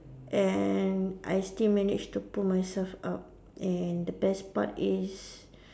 and I still manage to pull myself up and the best part is